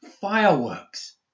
Fireworks